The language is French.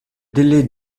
délai